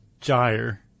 gyre